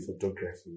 photography